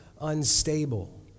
unstable